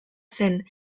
zen